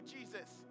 Jesus